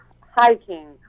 hiking